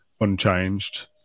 unchanged